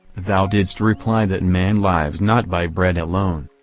thou didst reply that man lives not by bread alone.